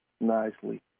Nicely